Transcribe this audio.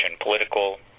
political